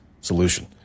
solution